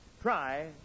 Try